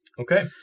Okay